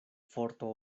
forto